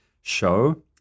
show